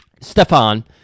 Stefan